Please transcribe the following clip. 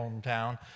hometown